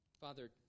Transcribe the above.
Father